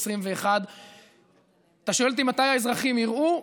2021. אתה שואל אותי מתי האזרחים יראו?